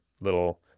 little